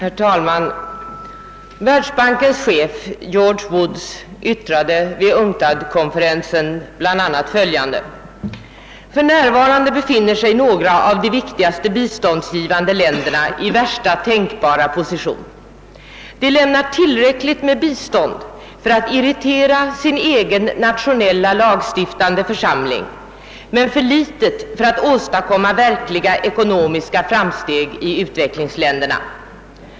Herr talman! Världsbankens chef George Woods sade vid UNCTAD-konferensen i år bl.a. att för närvarande befinner sig några av de viktigaste biståndsgivande länderna i värsta tänkbara position. De lämnar tillräckligt med bistånd för att irritera sin egen nationella lagstiftande församling, men för litet för att åstadkomma verkliga ekonomiska framsteg i utvecklingsländerna.